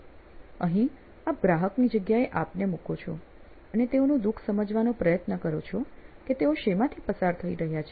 અહીં આપ ગ્રાહકની જગ્યાએ આપને મુકો છો અને તેઓનું દુખ સમજવાનો પ્રયત્ન કરો છો કે તેઓ શેમાંથી પસાર થઇ રહ્યા છે